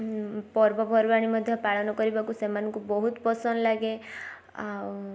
ପର୍ବପର୍ବାଣୀ ମଧ୍ୟ ପାଳନ କରିବାକୁ ସେମାନଙ୍କୁ ବହୁତ ପସନ୍ଦ ଲାଗେ ଆଉ